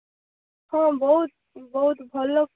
ହଁ ଆପଣ ଟିକେ କଥା ହେବେ ଆମର ଟିକେ ଗରିବ ଘର